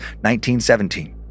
1917